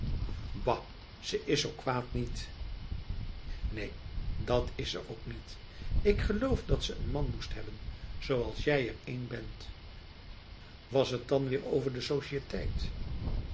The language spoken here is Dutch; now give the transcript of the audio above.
bah ze is zo kwaad niet neen dat is ze ook niet ik geloof dat ze n man moest hebben zoals jij er een bentf was het dan weer over de